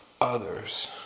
others